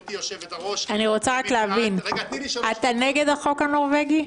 גברתי יושבת-הראש --- אני רוצה רק להבין: אתה נגד החוק הנורווגי?